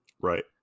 Right